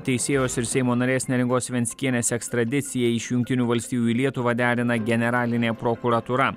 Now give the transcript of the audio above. teisėjos ir seimo narės neringos venckienės ekstradiciją iš jungtinių valstijų į lietuvą derina generalinė prokuratūra